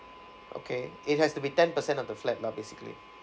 okay it has to be ten percent of the flat lah basically